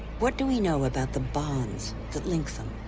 what do we know about the bonds that link them?